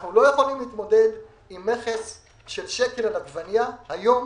אנחנו לא יכולים להתמודד עם מכס של שקל על עגבנייה היום